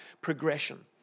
progression